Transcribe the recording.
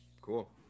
Cool